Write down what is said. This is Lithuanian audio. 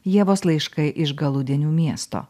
ievos laiškai iš galudienių miesto